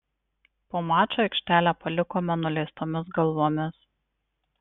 po mačo aikštę palikome nuleistomis galvomis